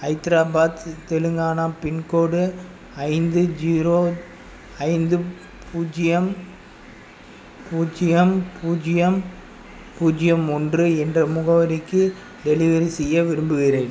Hyderabad Telangana pincode ஐந்து zero ஐந்து பூஜ்ஜியம் பூஜ்ஜியம் பூஜ்ஜியம் பூஜ்ஜியம் ஒன்று என்ற முகவரிக்கு டெலிவரி செய்ய விரும்புகிறேன்